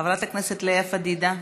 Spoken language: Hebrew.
חברת הכנסת לאה פדידה,